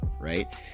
right